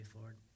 Lord